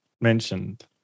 mentioned